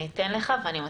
תודה רבה.